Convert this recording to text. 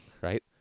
right